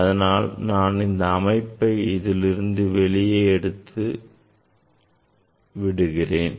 அதனால் நான் இந்த அமைப்பை இதிலிருந்து வெளியே எடுத்து விடுகிறேன்